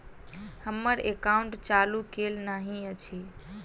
हम्मर एकाउंट चालू केल नहि अछि?